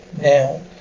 Now